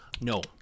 No